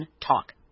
Talk